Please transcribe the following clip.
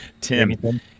Tim